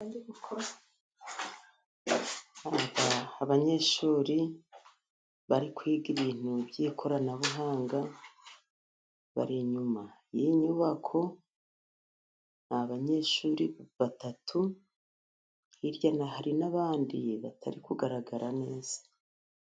Aha abanyeshuri bari kwiga ibintu by'ikoranabuhanga, bari inyuma y'inyubako, ni abanyeshuri batatu, hirya hari n'abandi batari kugaragara neza.